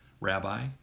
Rabbi